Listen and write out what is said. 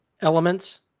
elements